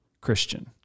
Christian